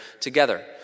together